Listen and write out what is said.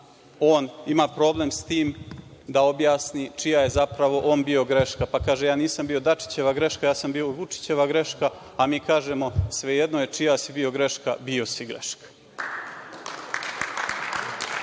on ima problem s tim da objasni čija je on zapravo bio greška, pa kaže – ja nisam bio Dačićeva greška, bio sam Vučićeva greška, a mi kažemo – svejedno je čija si bio greška, bio si greška. Nakon